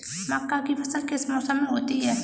मक्का की फसल किस मौसम में होती है?